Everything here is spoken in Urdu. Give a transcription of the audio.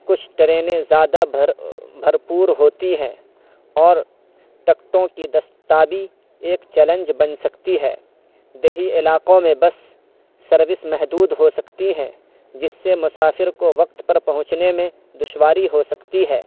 کچھ ٹرینیں زیادہ بھر بھرپور ہوتی ہیں اور ٹکٹوں کی دستیابی ایک چیلنج بن سکتی ہے دیہی علاقوں میں بس سروس محدود ہو سکتی ہے جس سے مسافر کو وقت پر پہنچنے میں دشواری ہو سکتی ہے